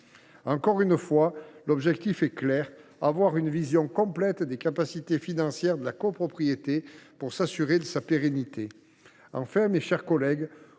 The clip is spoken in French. Encore une fois, l’objectif est clair : avoir une vision complète des capacités financières de la copropriété pour s’assurer de sa pérennité. Enfin, mes chers collègues,